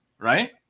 Right